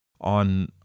on